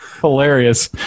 Hilarious